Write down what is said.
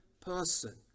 person